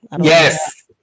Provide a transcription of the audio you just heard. Yes